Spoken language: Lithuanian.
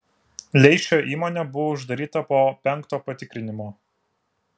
leišio įmonė buvo uždaryta po penkto patikrinimo